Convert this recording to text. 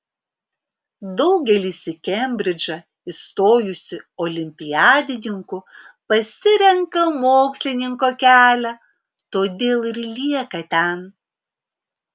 daugelis į kembridžą įstojusių olimpiadininkų pasirenka mokslininko kelią todėl ir lieka ten